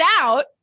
out